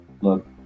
Look